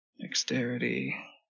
Dexterity